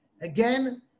Again